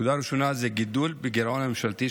נקודה ראשונה היא הגידול בגירעון הממשלתי,